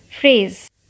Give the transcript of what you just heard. phrase